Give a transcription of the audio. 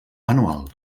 anual